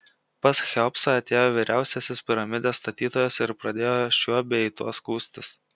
pas cheopsą atėjo vyriausiasis piramidės statytojas ir pradėjo šiuo bei tuo skųstis